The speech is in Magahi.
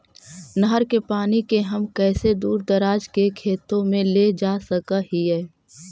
नहर के पानी के हम कैसे दुर दराज के खेतों में ले जा सक हिय?